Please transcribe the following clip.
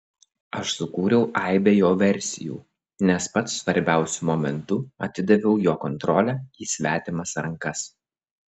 aš sukūriau aibę jo versijų nes pats svarbiausiu momentu atidaviau jo kontrolę į svetimas rankas